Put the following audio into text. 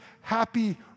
happy